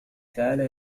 تعال